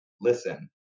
listen